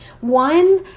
One